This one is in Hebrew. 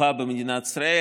ללמוד מדעי